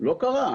לא קרה.